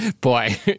boy